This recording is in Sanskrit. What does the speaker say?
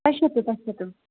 पश्यतु पश्यतु